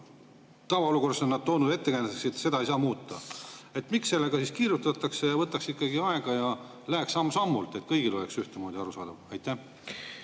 tavaolukorras on nad toonud ettekäändeks, et seda ei saa muuta. Miks sellega siis kiirustatakse? Võtaks ikkagi aega ja läheks samm-sammult, et kõigile oleks ühtemoodi arusaadav. Aitäh!